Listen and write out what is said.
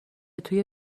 توی